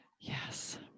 Yes